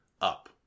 up